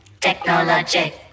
technologic